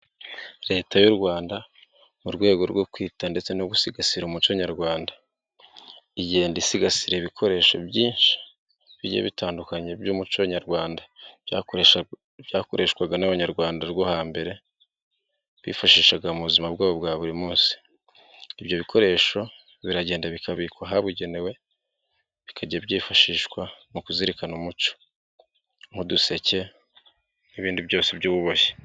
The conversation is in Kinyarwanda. Leta y'u Rwanda mu rwego rwo kwita ndetse no gusigasira umuco Nyarwanda, igenda i isisira ibikoresho byinshi bitandukanye by'umuco Nyarwanda byakoreshwaga n'Abanyarwanda rwo hambere, bifashishaga mu buzima bwabo bwa buri munsi. Ibyo bikoresho biragenda bikabikwa ahabugenewe bikajya byifashishwa mu kuzirikana umuco nk'uduseke n'ibindi byose by'ububohe.